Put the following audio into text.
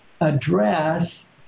address